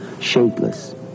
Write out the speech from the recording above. shapeless